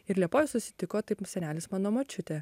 ir liepojoj susitiko taip senelis mano močiutė